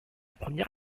première